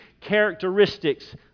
characteristics